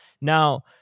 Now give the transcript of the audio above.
Now